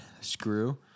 screw